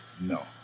No